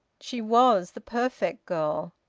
she was the perfect girl!